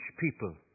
people